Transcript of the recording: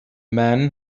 man